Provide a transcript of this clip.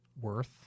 worth